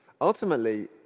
Ultimately